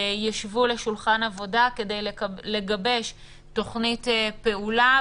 יישבו סביב שולחן עבודה כדי לגבש תוכנית פעולה.